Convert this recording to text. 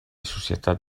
societat